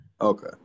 Okay